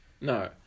no